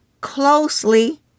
Closely